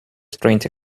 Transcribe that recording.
strange